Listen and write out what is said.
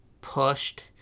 pushed